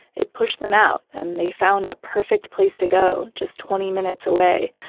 it pushed them out and they found a perfect place to go just twenty minutes away,